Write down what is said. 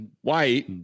white